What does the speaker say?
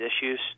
issues